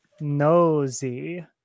nosy